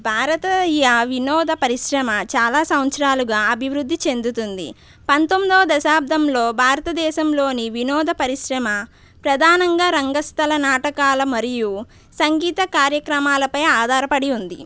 భారత ఈయ వినోద పరిశ్రమ చాలా సంవత్సరాలుగా అభివృద్ధి చెందుతుంది పంతొమ్మిదవ దశాబ్దంలో భారతదేశంలోని వినోద పరిశ్రమ ప్రధానంగా రంగస్థల నాటకాల మరియు సంగీత కార్యక్రమాలపై ఆధారపడి ఉంది